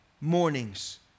mornings